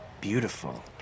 beautiful